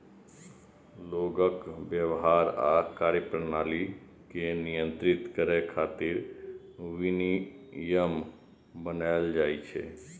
लोगक व्यवहार आ कार्यप्रणाली कें नियंत्रित करै खातिर विनियम बनाएल जाइ छै